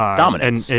ah dominance.